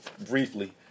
briefly